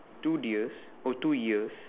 two deers oh two ears